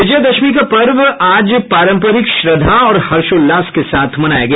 विजयादशमी का पर्व आज पारंपरिक श्रद्धा और हर्षोल्लास के साथ मनाया गया